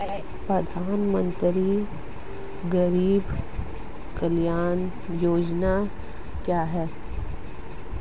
प्रधानमंत्री गरीब कल्याण जमा योजना क्या है?